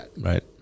right